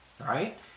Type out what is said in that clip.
right